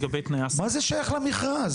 למה זה שייך למכרז?